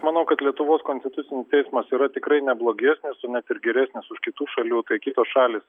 manau kad lietuvos konstitucinis teismas yra tikrai neblogesnis o net ir geresnis už kitų šalių tai kitos šalys